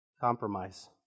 Compromise